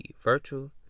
virtual